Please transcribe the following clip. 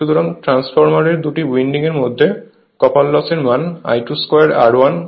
সুতরাং ট্রান্সফরমার এর দুটি উইন্ডিং এর মধ্যে কপার লস এর মান I2 2 R1 I2 2 R2